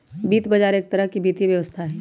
वित्त बजार एक तरह से वित्तीय व्यवस्था हई